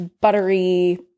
buttery